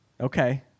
okay